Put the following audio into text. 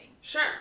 Sure